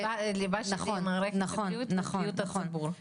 ליבה של מערכת הבריאות ובריאות הציבור.